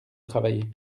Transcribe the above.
travailler